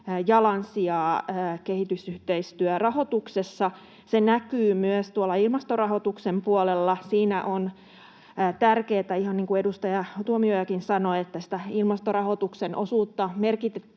jalansijaa kehitysyhteistyörahoituksessa. Se näkyy myös ilmastorahoituksen puolella. Siinä on tärkeätä — ihan niin kuin edustaja Tuomiojakin sanoi — että ilmastorahoituksen osuutta merkittävästi